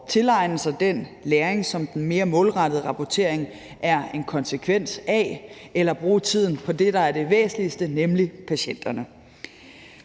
at tilegne sig den læring, som den mere målrettede rapportering er en konsekvens af, eller man skal bruge tiden på det, der er det væsentligste, nemlig patienterne.